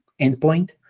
Endpoint